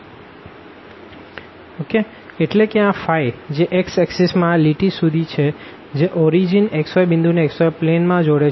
એટલે કે આ ફાઈ જે x એક્ષિસ માં આ લીટી સુધી છે જે ઓરીજીનને xy પોઈન્ટ ને xy પ્લેનમાં જોડે છે